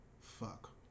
fuck